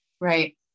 Right